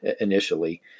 initially